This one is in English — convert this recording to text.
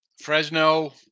Fresno